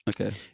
Okay